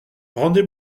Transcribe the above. rendez